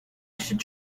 should